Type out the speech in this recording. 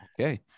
Okay